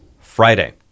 Friday